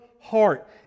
heart